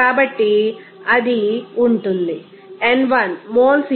కాబట్టి అది ఉంటుంది 15 మోల్స్